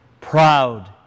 proud